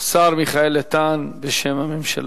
השר מיכאל איתן בשם הממשלה.